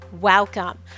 welcome